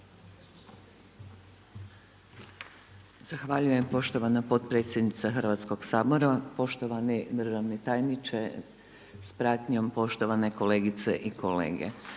Zahvaljujem poštovana potpredsjednice Hrvatskoga sabora, poštovani državni tajniče sa pratnjom, poštovane kolegice i kolege.